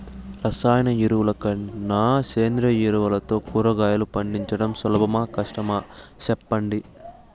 రసాయన ఎరువుల కన్నా సేంద్రియ ఎరువులతో కూరగాయలు పండించడం సులభమా కష్టమా సెప్పండి